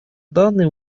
данные